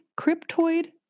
Cryptoid